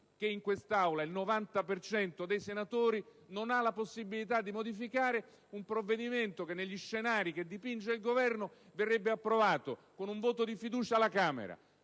che in quest'Aula il 90 per cento dei senatori non ha la possibilità di modificare; un provvedimento che, secondo gli scenari che dipinge il Governo, verrebbe approvato con un voto di fiducia alla Camera